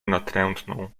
natrętną